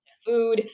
food